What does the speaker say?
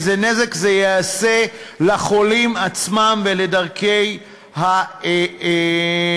איזה נזק זה יעשה לחולים עצמם ולדרכי הנשימה.